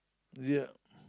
yeah